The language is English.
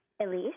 Elise